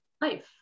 life